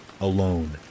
alone